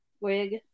wig